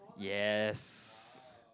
yes